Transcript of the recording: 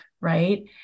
right